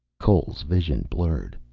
cole's vision blurred.